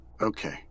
okay